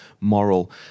moral